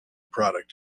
product